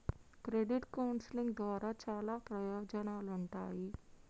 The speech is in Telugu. క్రెడిట్ కౌన్సిలింగ్ ద్వారా చాలా ప్రయోజనాలుంటాయి